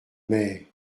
mais